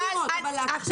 עכשיו